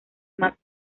más